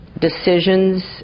decisions